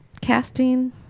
Casting